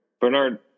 Bernard